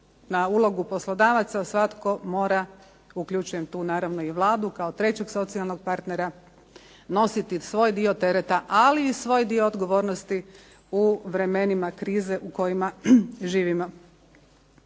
na ulogu poslodavaca svatko mora uključujem tu naravno i Vladu, kao trećeg socijalnog partnera, nositi svoj dio tereta, ali i svoj dio odgovornosti u vremenima krize u kojima živimo.